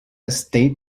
state